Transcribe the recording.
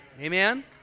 Amen